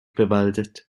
bewaldet